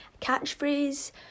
Catchphrase